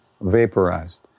vaporized